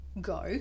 go